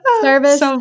service